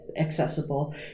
Accessible